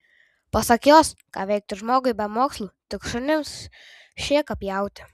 pasak jos ką veikti žmogui be mokslų tik šunims šėką pjauti